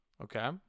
Okay